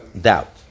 doubt